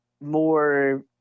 more